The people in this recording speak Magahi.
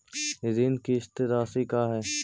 ऋण किस्त रासि का हई?